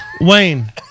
Wayne